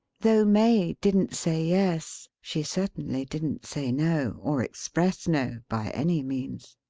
though may didn't say yes, she certainly didn't say no, or express no, by any means.